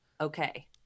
okay